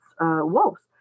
wolves